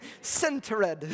Centered